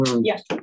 Yes